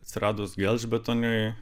atsiradus gelžbetoniui